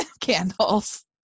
candles